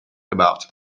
about